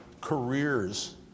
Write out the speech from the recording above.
careers